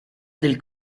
del